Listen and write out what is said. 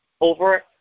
over